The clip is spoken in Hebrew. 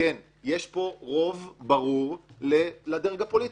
יש פה רוב ברור לדרג הפוליטי,